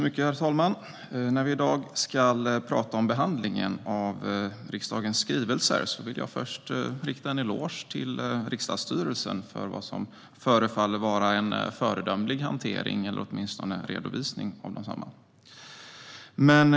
Herr talman! När vi i dag ska tala om behandlingen av riksdagens skrivelser vill jag först ge en eloge till riksdagsstyrelsen för vad som förefaller vara en föredömlig hantering eller åtminstone redovisning av densamma.